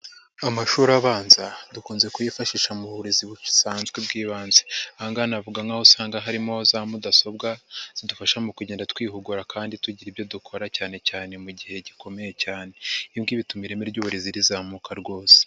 Amashuri abanza dukunze kuyifashisha mu burezi busanzwe bw'ibanze. Aha ngaha navuga nk'aho usanga harimo za mudasobwa , zidufasha mu kugenda twihugura kandi tugira ibyo dukora cyane cyane mu gihe gikomeye cyane. Ibi ngibi bituma ireme ry'uburezi rizamuka rwose.